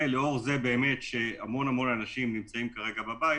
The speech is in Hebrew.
ולאור זה שהמון המון אנשים נמצאים כרגע בבית,